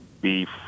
beef